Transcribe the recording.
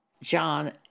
john